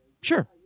sure